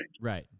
Right